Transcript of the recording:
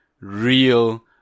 real